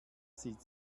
sieht